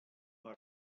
mae